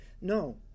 no